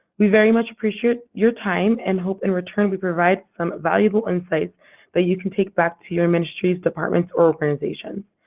we very much appreciate your time and hope, in return, we provided some valuable insights that you can take back to your ministries, departments, departments, or organizations.